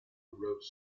wrote